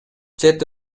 чет